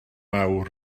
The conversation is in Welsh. awr